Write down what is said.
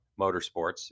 Motorsports